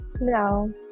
No